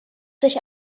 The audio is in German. sich